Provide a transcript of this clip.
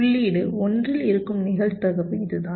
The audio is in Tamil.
உள்ளீடு 1 இல் இருக்கும் நிகழ்தகவு இதுதான்